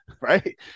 right